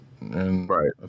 Right